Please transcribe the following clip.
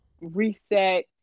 reset